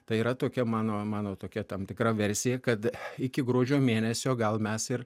tai yra tokia mano mano tokia tam tikra versija kad iki gruodžio mėnesio gal mes ir